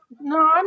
No